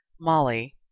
Molly